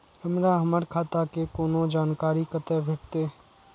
हमरा हमर खाता के कोनो जानकारी कते भेटतै